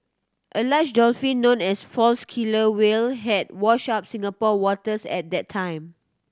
a large dolphin known as false killer whale had washed up Singapore waters at that time